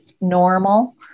normal